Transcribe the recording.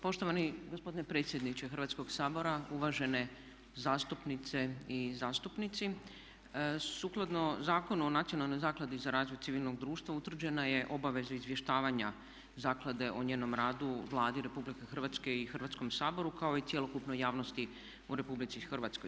Poštovani gospodine predsjedniče Hrvatskoga sabora, uvažene zastupnice i zastupnici sukladno Zakonu o Nacionalnoj zakladi za razvoj civilnog društva utvrđena je obaveza izvještavanja zaklade o njenom radu Vladu RH i Hrvatskom saboru kao i cjelokupnoj javnosti u RH.